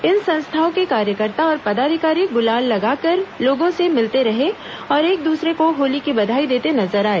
इन संस्थाओं के कार्यकर्ता और पदाधिकारी गुलाल लगाकर लोगों से मिलते रहे और एक दूसरे को होली की बधाई देते नजर आए